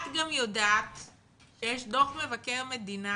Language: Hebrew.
את גם יודעת שיש דו"ח מבקר מדינה